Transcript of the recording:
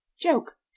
Joke